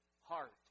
heart